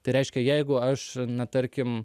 tai reiškia jeigu aš na tarkim